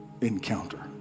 encounter